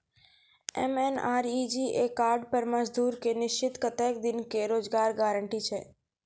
MNREGA card पर मजदुर के निश्चित कत्तेक दिन के रोजगार गारंटी छै?